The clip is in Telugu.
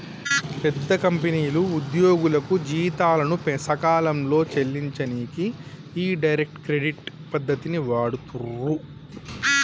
పెద్ద కంపెనీలు ఉద్యోగులకు జీతాలను సకాలంలో చెల్లించనీకి ఈ డైరెక్ట్ క్రెడిట్ పద్ధతిని వాడుతుర్రు